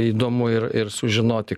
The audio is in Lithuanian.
įdomu ir ir sužinoti